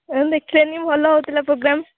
ଆପଣ ଦେଖିଲେନି ଭଲ ହେଉଥିଲା ପ୍ତୋଗ୍ରାମ୍